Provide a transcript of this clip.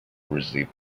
received